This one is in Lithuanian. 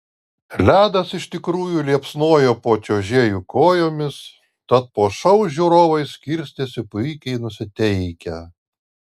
ledas iš tikrųjų liepsnojo po čiuožėjų kojomis tad po šou žiūrovai skirstėsi puikiai nusiteikę